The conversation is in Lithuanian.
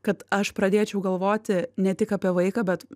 kad aš pradėčiau galvoti ne tik apie vaiką bet